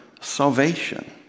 salvation